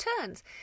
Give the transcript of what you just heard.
turns